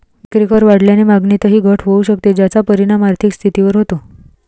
विक्रीकर वाढल्याने मागणीतही घट होऊ शकते, ज्याचा परिणाम आर्थिक स्थितीवर होतो